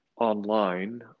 online